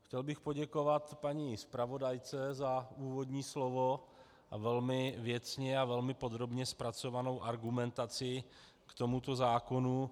Chtěl bych poděkovat paní zpravodajce za úvodní slovo a velmi věcně a velmi podrobně zpracovanou argumentaci k tomuto zákonu.